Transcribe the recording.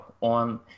on –